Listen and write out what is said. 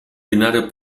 binario